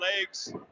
legs